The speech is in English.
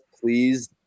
please